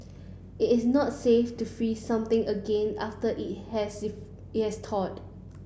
it is not safe to freeze something again after has it has thawed